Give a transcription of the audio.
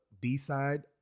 B-side